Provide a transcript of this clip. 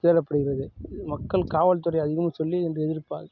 தேவைப்படுகிறது மக்கள் காவல்துறை அதிகமாக சொல்லி என்று எதிர்பாக்